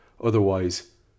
Otherwise